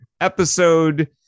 episode